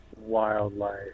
Wildlife